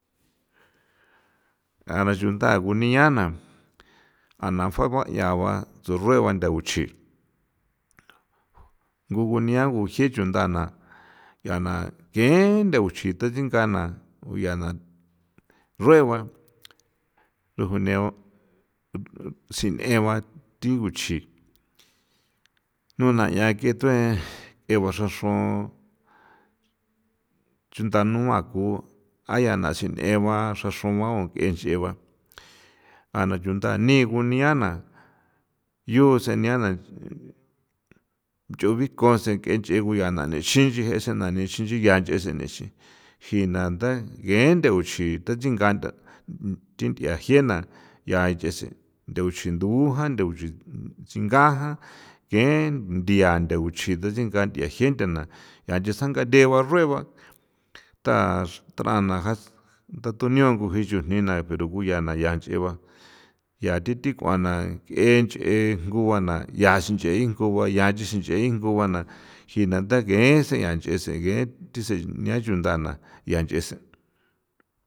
Ja'a chuntha kunia na ja'a kjuaaga ba tsju rueba nthakuchi ko kunia jee chuntha yaa naa kee nthakuchi ko yaa na rueba rujene sine ba thi kuchi nuna yaa ke thuen jeeba xraxron chunda naa ko jana ba sine ba u xraxraun ke sine ba jana chuntha ni'i kunia yoo senia u kjinko ke nche se'en xin nche je'e se'en ncha senexi jinatha ngue nthakichi bixingatha thi nthia jee nakuchinthija tsinga ja ke nthukuchi besingatha ncha nchetsjaga theba rueba ntha na tha thuñao ko yaa ncheeba yaa thi thikua na ke nche ko ba nuja nche xigingu ba jina thi ke jeese jina nche seen.